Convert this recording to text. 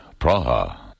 Praha